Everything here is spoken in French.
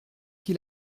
qui